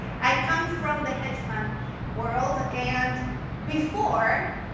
i come from the hedge fund world. and before,